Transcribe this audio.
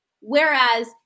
Whereas